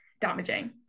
damaging